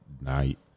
night